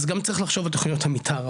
אז גם צריך לחשוב על תוכניות המתאר,